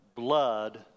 blood